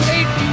Eight